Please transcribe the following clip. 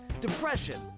depression